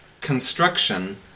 construction